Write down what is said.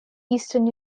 eastern